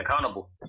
accountable